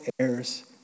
heirs